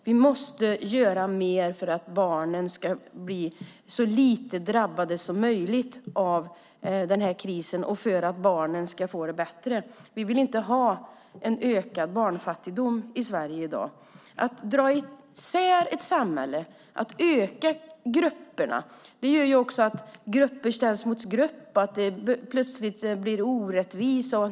Vi måste göra mer för att barnen ska bli så lite drabbade som möjligt av den här krisen och för att barnen ska få det bättre. Vi vill inte ha en ökad barnfattigdom i Sverige i dag. Att dra isär ett samhälle, att öka klyftorna mellan grupperna, gör att grupp ställs mot grupp och att det plötsligt blir orättvisa.